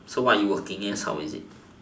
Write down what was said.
so what you working as how is it